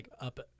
up